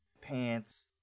pants